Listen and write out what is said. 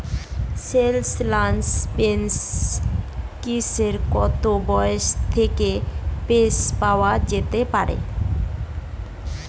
National pension স্কিমে কত বয়স থেকে পেনশন পাওয়া যায়?